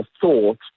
thought